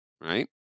right